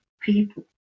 people